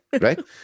Right